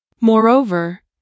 Moreover